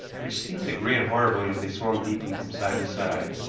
which seemed to grin horribly as they swung deeply from side to side,